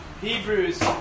Hebrews